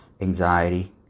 anxiety